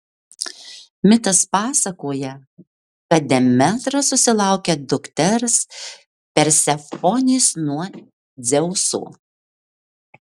mitas pasakoja kad demetra susilaukia dukters persefonės nuo dzeuso